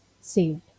saved